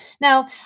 Now